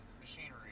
machinery